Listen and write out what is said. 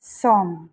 सम